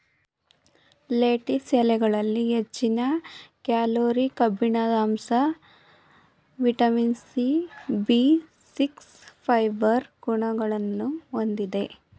lettuce ಎಲೆಗಳಲ್ಲಿ ಹೆಚ್ಚಿನ calorie, ಕಬ್ಬಿಣದಂಶ, vitamin C, B six, fibre ಗುಣಗಳನ್ನು ಹೊಂದಿದೆ